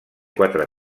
quatre